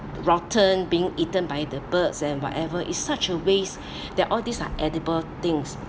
rotten being eaten by the birds and whatever is such a waste there are all these are edible things